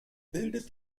bildet